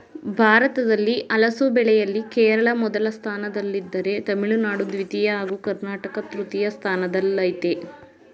ಭಾರತದಲ್ಲಿ ಹಲಸು ಬೆಳೆಯಲ್ಲಿ ಕೇರಳ ಮೊದಲ ಸ್ಥಾನದಲ್ಲಿದ್ದರೆ ತಮಿಳುನಾಡು ದ್ವಿತೀಯ ಹಾಗೂ ಕರ್ನಾಟಕ ತೃತೀಯ ಸ್ಥಾನದಲ್ಲಯ್ತೆ